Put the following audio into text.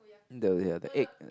the they have the egg